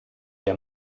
der